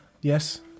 Yes